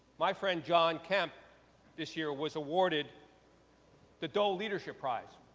my friend john kemp this year was awarded the dole leadership prize.